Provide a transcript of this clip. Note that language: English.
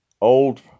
old